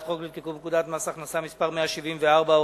חוק לתיקון פקודת מס הכנסה (מס' 174,